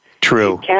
True